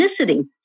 ethnicity